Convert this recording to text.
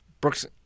Brooks